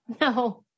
No